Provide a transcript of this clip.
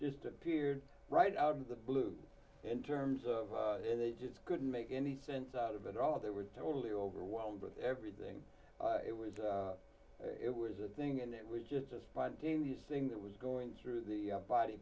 just appeared right out of the blue in terms of they just couldn't make any sense out of it all they were totally overwhelmed with everything it was ready it was a thing and it was just a spontaneous thing that was going through the body